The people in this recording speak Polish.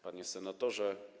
Panie Senatorze!